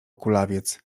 kulawiec